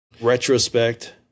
retrospect